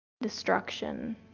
destruction